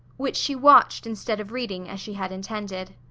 which she watched instead of reading, as she had intended.